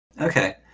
Okay